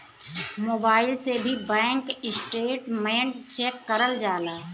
mobile से भी bank statement check करल जाला